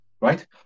right